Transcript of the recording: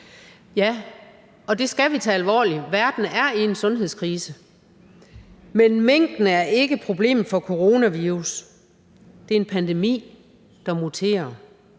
Ja, og det skal vi tage alvorligt. Verden er i en sundhedskrise, men minken er ikke problemet for coronavirus. Det er en pandemi, der muterer